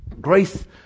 Grace